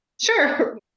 sure